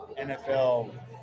NFL